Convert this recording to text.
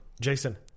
jason